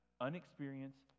unexperienced